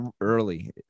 early